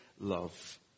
love